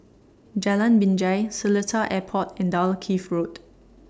Jalan Binjai Seletar Airport and Dalkeith Road